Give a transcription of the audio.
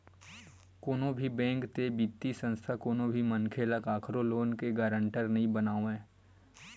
कोनो भी बेंक ते बित्तीय संस्था कोनो भी मनखे ल कखरो लोन के गारंटर नइ बनावय